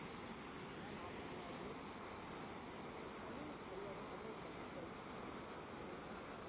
அதுதான் நான் பண்ணது ஒரு தனி மரியாதை தனி ஒரு பக்தி கிடைக்கும் வேறு எதுவுமே இல்லை